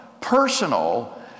personal